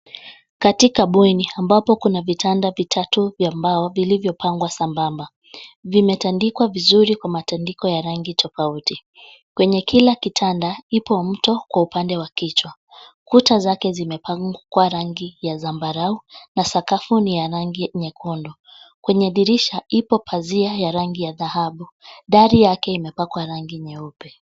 Katika bweni ambapo kuna vitanda vitatu vya mbao vilivyo pangwa sambamba. Vimetandikwa vizuri kwa matandiko ya rangi tofauti. Kwenye kila kitanda ipo mto kwa upande wa kichwa. Kuta zake zimepakwa rangi ya zambarau na sakafu ni ya rangi nyekundu. Kwenye dirisha ipo pazia ya rangi ya dhahabu, dari yake imepakwa rangi nyeupe.